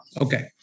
Okay